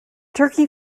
turkey